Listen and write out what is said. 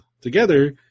Together